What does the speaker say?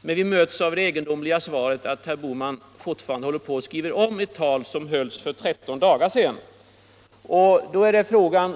Men vi möts av det egendomliga svaret att herr Bohman fortfarande håller på att skriva om ett tal, som hölls för 13 dagar sedan. Jag vill därför ställa frågan